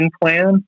plan